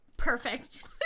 perfect